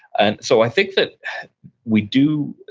and so i think that we do,